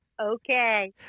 Okay